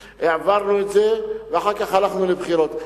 העברנו את זה ואחר כך הלכנו לבחירות.